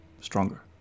stronger